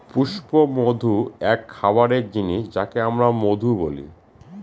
পুষ্পমধু এক খাবারের জিনিস যাকে আমরা মধু বলি